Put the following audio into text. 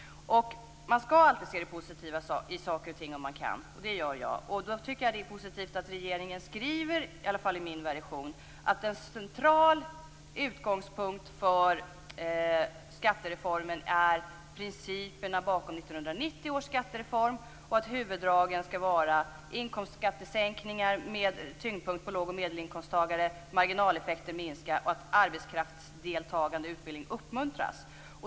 Man skall alltid se det positiva i saker och ting, om man kan. Det gör jag. Därför tycker jag att det är positivt att regeringen, i alla fall i min version av vårbudgeten, skriver att en central utgångspunkt för skattereformen är principerna bakom 1990 års skattereform och att huvuddragen skall vara inkomstskattesänkningar med tyngdpunkt på låg och medelinkomsttagare, att marginaleffekterna minskar och att arbetskraftsdeltagande utbildning uppmuntras.